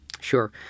Sure